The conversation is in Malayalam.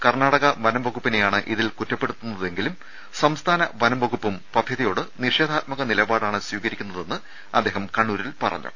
കർണാടക വനംവകുപ്പിനെയാണ് ഇതിൽ കുറ്റപ്പെടുത്തുന്നതെ ങ്കിലും സംസ്ഥാന വനംവകുപ്പും പദ്ധതിയോട് നിഷേധാത്മക നിലപാടാണ് സ്വീകരിക്കുന്നതെന്ന് അദ്ദേഹം കണ്ണൂരിൽ പറഞ്ഞു